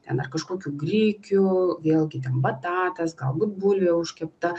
ten ar kažkokių grikių vėlgi ten batatas galbūt bulvė užkepta